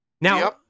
Now